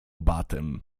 batem